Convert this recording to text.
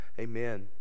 amen